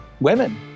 women